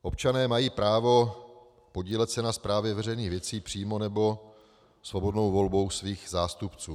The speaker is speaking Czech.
Občané mají právo podílet se na správě veřejných věcí přímo nebo svobodnou volbou svých zástupců.